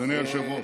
אדוני היושב-ראש.